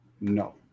No